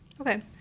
Okay